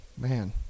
man